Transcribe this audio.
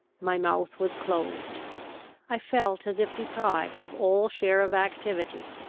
my mouth was closed i felt as if deprived of all share of activity,